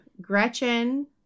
Gretchen